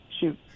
shoot